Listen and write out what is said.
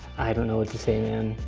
i don't know what to say, man.